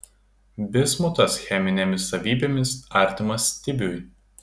bismutas cheminėmis savybėmis artimas stibiui